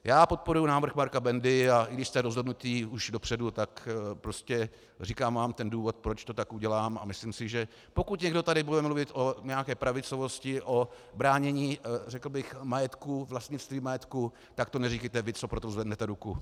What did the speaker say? Já podporuji návrh Marka Bendy, a i když jste rozhodnuti už dopředu, tak říkám vám důvod, proč to tak udělám, a myslím si, že pokud někdo tady bude mluvit o nějaké pravicovosti, o bránění řekl bych majetku, vlastnictví majetku, tak to neříkejte vy, co pro to zvednete ruku.